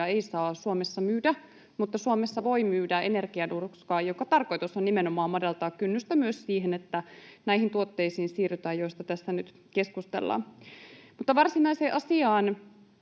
ei saa Suomessa myydä, mutta Suomessa voi myydä energianuuskaa, jonka tarkoitus on nimenomaan madaltaa kynnystä myös siihen, että siirrytään näihin tuotteisiin, joista tässä nyt keskustellaan. Mutta varsinaiseen asiaan.